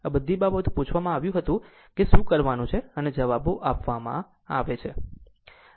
આ બધી બાબતોમાં પૂછવામાં આવ્યું હતું કે શું કરવાનું છે અને જવાબો આપવામાં આવે છે